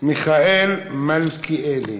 מיכאל מלכיאלי.